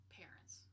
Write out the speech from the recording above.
parents